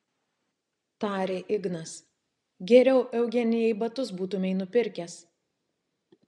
tarė ignas geriau eugenijai batus būtumei nupirkęs